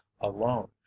alone